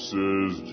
Says